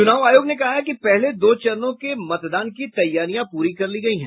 चुनाव आयोग ने कहा है कि पहले दो चरणों के मतदान की तैयारियां पूरी कर ली गयी हैं